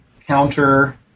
counter